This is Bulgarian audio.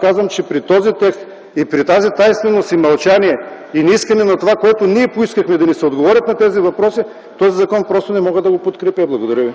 Казвам ви, че при този текст, при тази тайнственост и мълчание и нежелание да ни се отговори на тези въпроси, този закон просто не мога да го подкрепя. Благодаря ви.